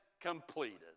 completed